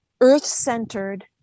earth-centered